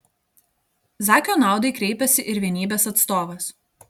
zakio naudai kreipėsi ir vienybės atstovas